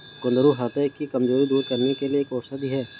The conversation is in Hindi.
कुंदरू ह्रदय की कमजोरी दूर करने के लिए एक औषधि है